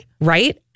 Right